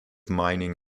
mining